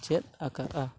ᱪᱮᱫ ᱟᱠᱟᱫᱼᱟ